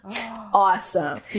awesome